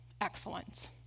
excellence